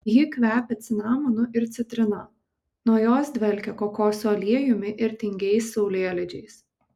ji kvepia cinamonu ir citrina nuo jos dvelkia kokosų aliejumi ir tingiais saulėlydžiais